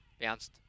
Bounced